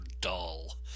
dull